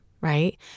right